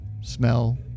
smell